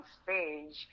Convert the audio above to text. stage